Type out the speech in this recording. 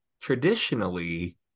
traditionally